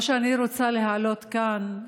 מה שאני רוצה להעלות כאן,